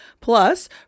plus